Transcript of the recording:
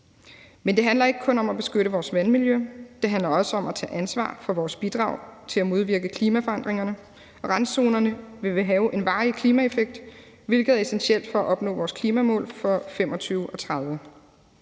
Men det handler ikke kun om at beskytte vores vandmiljø. Det handler også om at tage ansvar for vores bidrag til at modvirke klimaforandringerne. Randzonerne vil have en varig klimaeffekt, hvilket er essentielt for at opnå vores klimamål for 2025 og 2030.